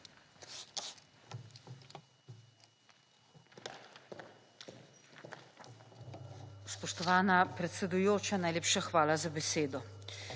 Hvala